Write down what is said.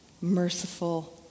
merciful